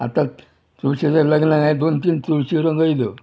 आतां तुळशीच्या लग्नाक हांयें दोन तीन तुळशी रंगयल्यो